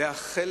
זה היה חלק,